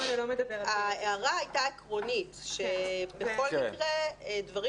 אבל ההערה הייתה עקרונית שבכל מקרה דברים